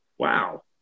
Wow